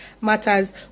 Matters